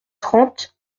trente